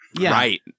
Right